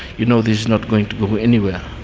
you know this is not going to go anywhere.